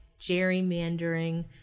gerrymandering